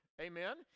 Amen